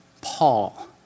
Paul